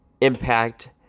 impact